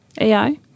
AI